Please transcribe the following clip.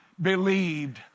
believed